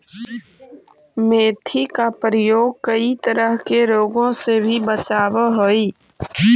मेथी का प्रयोग कई तरह के रोगों से भी बचावअ हई